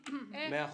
איך?